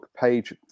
page